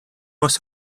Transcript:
was